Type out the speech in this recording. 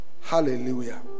Hallelujah